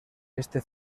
este